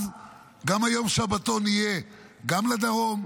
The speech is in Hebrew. אז גם יום השבתון יהיה גם לדרום,